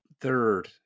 Third